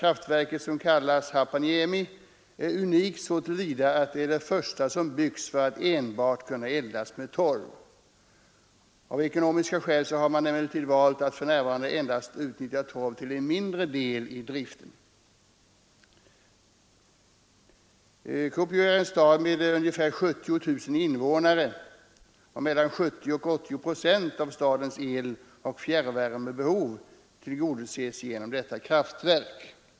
Kraftverket, som kallas Haapaniemi, är unikt så till vida att det är det första som byggts för att kunna eldas med enbart torv. Av ekonomiska skäl har man emellertid valt att för närvarande endast utnyttja torv till en mindre del i driften. Kuopio är en stad med ungefär 70 000 invånare, och mellan 70 och 80 procent av stadens eloch fjärrvärmebehov tillgodoses genom detta kraftverk.